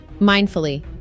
Mindfully